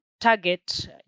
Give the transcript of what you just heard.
target